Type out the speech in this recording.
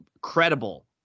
credible